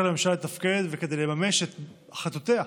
לממשלה לתפקד וכדי לממש את החלטותיה.